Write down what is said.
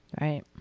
Right